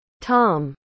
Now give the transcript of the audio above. Tom